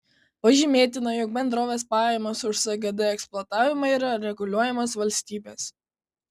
pažymėtina jog bendrovės pajamos už sgd eksploatavimą yra reguliuojamos valstybės